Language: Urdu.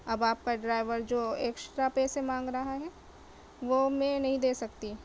اب آپ کا ڈرائیور جو ایکسٹرا پیسے مانگ رہا ہے وہ میں نہیں دے سکتی